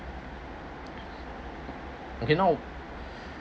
okay no